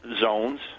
zones